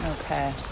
Okay